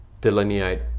delineate